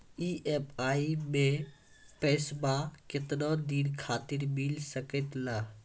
EMI मैं पैसवा केतना दिन खातिर मिल सके ला?